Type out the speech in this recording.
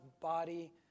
body